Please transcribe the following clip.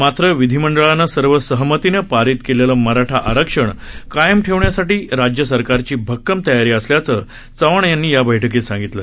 मात्र विधीमंडळानं सर्व सहमतीनं पारित केलेलं मराठा आरक्षण कायम ठेवण्यासाठी राज्य सरकारची भक्कम तयारी असल्याचं चव्हाण यांनी या बैठकीत सांगितलं